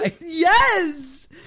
Yes